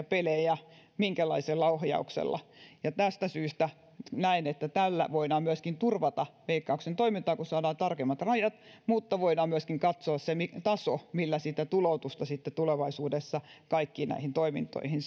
pelejä minkälaisella ohjauksella ja tästä syystä näen että tällä voidaan myöskin turvata veikkauksen toimintaa kun saadaan tarkemmat rajat mutta voidaan myöskin katsoa se taso millä sitä tuloutusta sitten tulevaisuudessa kaikkiin näihin toimintoihin